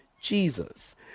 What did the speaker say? Jesus